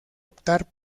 optar